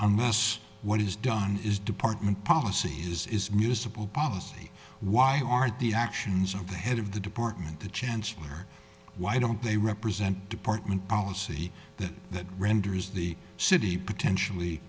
unless what is done is department policy is municipal policy why are the actions of the head of the department the chancellor why don't they represent department policy that that renders the city potentially